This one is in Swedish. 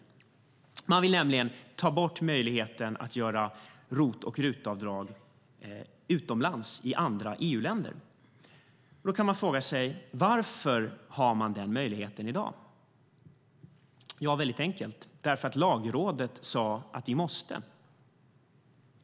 Oppositionen vill nämligen ta bort möjligheten att göra ROT och RUT-avdrag utomlands i andra EU-länder. Då kan man fråga sig: Varför har man denna möjlighet i dag? Det är mycket enkelt. Det beror på att Lagrådet sade att vi måste.